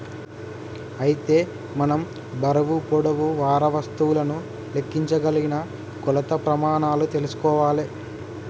అయితే మనం బరువు పొడవు వారా వస్తువులను లెక్కించగలిగిన కొలత ప్రెమానాలు తెల్సుకోవాలే